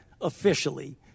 officially